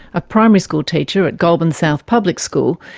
a primary school teacher at goulburn south public school,